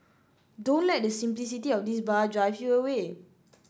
don't let the simplicity of this bar drive you away